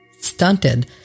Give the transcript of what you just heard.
stunted